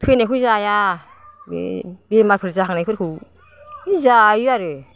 थैनायखौ जाया बे बेमारफोर जाहांनायफोरखौ जायो आरो